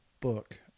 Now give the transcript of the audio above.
book